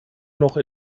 noch